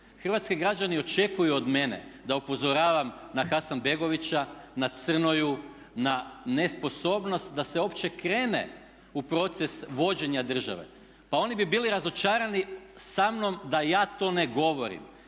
Hrvatski građani očekuju od mene da upozoravam na Hasanbegovića, na Crnoju, na nesposobnost da se uopće krene u proces vođenja države. Pa oni bi bili razočarani samnom da ja to ne govorim.